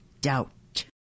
doubt